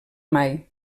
mai